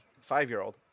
five-year-old